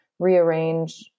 rearrange